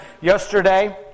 yesterday